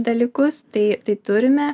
dalykus tai tai turime